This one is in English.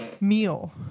meal